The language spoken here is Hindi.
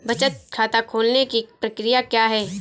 बचत खाता खोलने की प्रक्रिया क्या है?